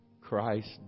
Christ